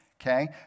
okay